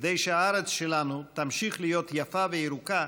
כדי שהארץ שלנו תמשיך להיות יפה וירוקה,